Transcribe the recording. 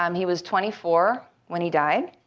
um he was twenty four when he died.